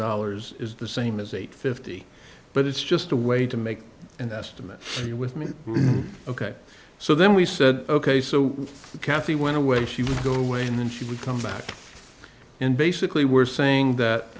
dollars is the same as a fifty but it's just a way to make an estimate with me ok so then we said ok so kathy went away she would go away and then she would come back and basically we're saying that